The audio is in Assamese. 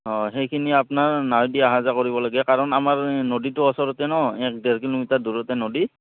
অঁ সেইখিনি আপোনাৰ নাও দি আহা যােৱা কৰিব লাগে কাৰণ আমাৰ নদীটো ওচৰতে ন এক ডেৰ কিলোমিটাৰ দূৰতে নদী